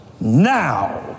Now